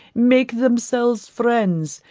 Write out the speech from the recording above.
make themselves friends,